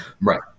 right